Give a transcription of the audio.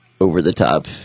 over-the-top